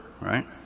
right